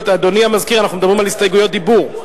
אדוני המזכיר, אנחנו מדברים על הסתייגויות דיבור.